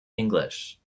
english